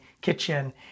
kitchen